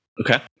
Okay